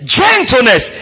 gentleness